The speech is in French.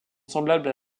semblables